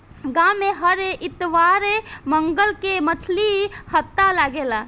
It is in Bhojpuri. गाँव में हर इतवार मंगर के मछली हट्टा लागेला